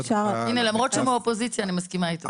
למרות שהוא מהאופוזיציה, אני מסכימה אתו.